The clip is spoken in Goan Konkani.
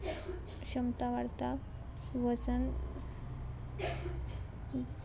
शमता वाडता वजन